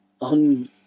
on